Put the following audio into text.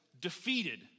defeated